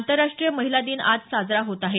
आंतरराष्ट्रीय महिला दिन आज साजरा होत आहे